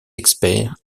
experts